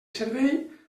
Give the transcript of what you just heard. servei